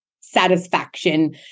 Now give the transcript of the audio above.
satisfaction